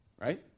Right